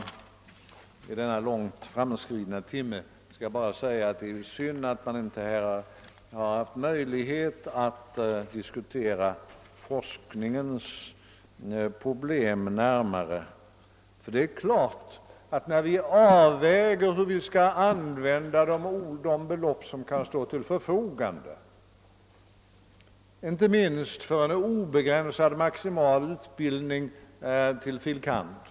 Vid denna långt framskridna timme skall jag ytterligare bara säga att det är synd att vi här inte haft möjlighet att närmare diskutera forskningens problem. När vi avväger hur vi skall använda de belopp som kan stå till förfogande t.ex. för en obegränsad, maximal utbildning till fil. kand.